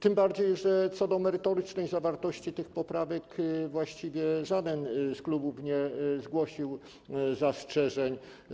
Tym bardziej że co do merytorycznej zawartości tych poprawek właściwie żaden z klubów nie zgłosił zastrzeżeń.